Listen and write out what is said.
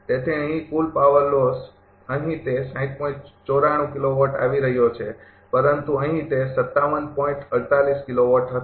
તેથી અહીં કુલ પાવર લોસ અહી તે આવી રહયો છે પરંતુ અહીં તે હતો